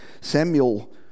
Samuel